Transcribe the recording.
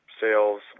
sales